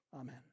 Amen